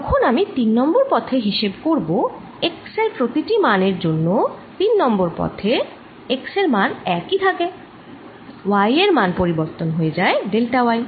যখন আমি 3 নং পথে হিসেব করি x এর প্রতিটি মানের জন্যে 3 নং পথে x এর মান একই থাকেy এর মান পরিবর্তন হয়ে হয় ডেল্টা y